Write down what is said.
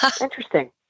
Interesting